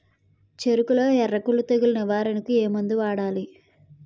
చెఱకులో ఎర్రకుళ్ళు తెగులు నివారణకు ఏ మందు వాడాలి?